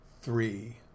three